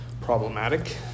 problematic